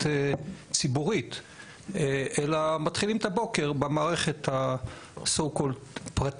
ציבורית אלא מתחילים את הבוקר במערכת הפרטית